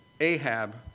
Ahab